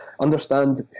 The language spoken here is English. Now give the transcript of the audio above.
understand